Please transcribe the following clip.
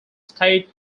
state